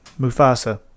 Mufasa